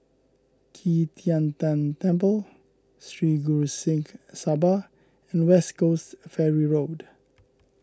Qi Tian Tan Temple Sri Guru Singh Sabha and West Coast Ferry Road